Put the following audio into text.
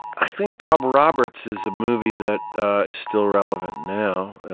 i think bob roberts is a movie that is still relevant now.